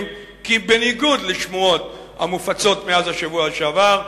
כי בניגוד לשמועות המופצות מאז השבוע שעבר,